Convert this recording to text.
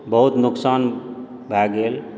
बहुत नुकसान भए गेल